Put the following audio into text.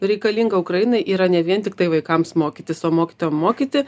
reikalinga ukrainai yra ne vien tiktai vaikams mokytis o mokytojam mokyti